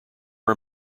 are